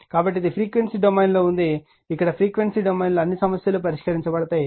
కాబట్టి ఇది ఫ్రీక్వెన్సీ డొమైన్లో ఉంది ఇక్కడ ఫ్రీక్వెన్సీ డొమైన్లో అన్నీ సమస్యలు పరిష్కరించబడుతాయి